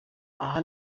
aha